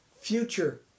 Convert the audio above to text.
future